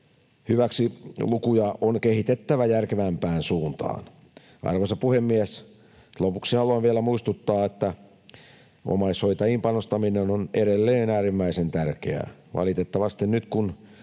hyväksilukuja on kehitettävä järkevämpään suuntaan. Arvoisa puhemies! Lopuksi haluan vielä muistuttaa, että omaishoitajiin panostaminen on edelleen äärimmäisen tärkeää. Valitettavasti nyt, kun